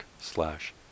slash